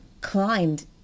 climbed